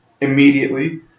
immediately